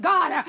God